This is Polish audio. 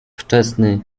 wczesny